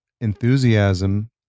enthusiasm